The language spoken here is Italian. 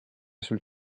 sul